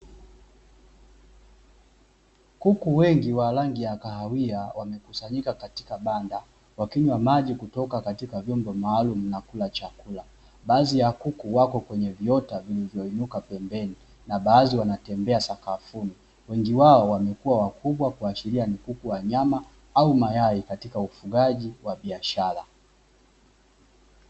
Kuku wengi wa rangi ya kahawia wakikusanyika katika banda, wakinywa maji kutoka katika vyombo maalum na kula chakula. Baadhi ya kuku wako katika viota vilivyoinuka pembeni na baadhi wanatembea sakafuni, wengi wao wamekuwa wakubwa kuashiria ni kuku wa nyama au mayai katika ufugaji wa biashara.